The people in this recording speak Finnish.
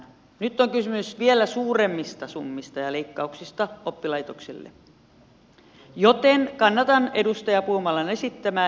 nyt on kysymys vielä suuremmista summista ja leikkauksista oppilaitoksille joten kannatan edustaja puumalan esittämää hylkäysesitystä